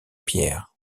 pierres